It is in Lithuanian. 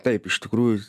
taip iš tikrųjų